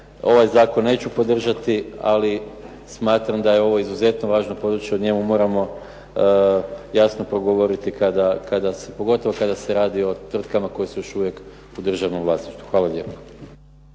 ovaj zakon neću podržati, ali smatram da je ovo izuzetno važno područje, o njemu moramo jasno progovoriti pogotovo kada se radi o tvrtkama koje su još uvijek u državnom vlasništvu. Hvala lijepo.